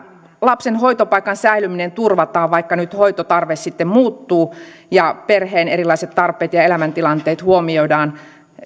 lapsen hoitopaikan säilyminen turvataan vaikka hoitotarve muuttuu ja perheen erilaiset tarpeet ja elämäntilanteet huomioidaan